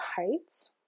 heights